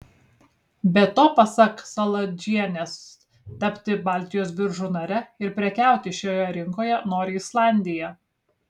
be to pasak saladžienės tapti baltijos biržų nare ir prekiauti šioje rinkoje nori islandija